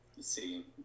See